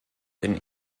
den